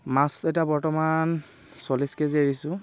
মাছটো এতিয়া বৰ্তমান চল্লিছ কেজি এৰিছোঁ